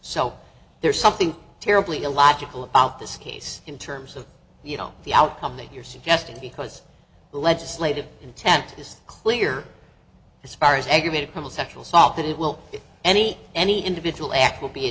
so there's something terribly illogical about this case in terms of you know the outcome that you're suggesting because the legislative intent is clear as far as aggravated sexual assault that it will any any individual act will be a